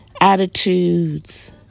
attitudes